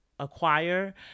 acquire